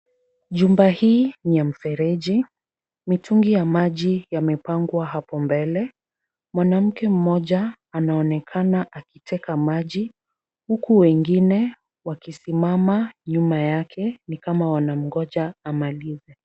Jumba hii ni ya mfereji. Mitungi ya maji yamepangwa hapo mbele. Mwanamke mmoja anaonekana akiteka maji huku wengine wakisimama nyuma yake ni kama wanamngoja amalize.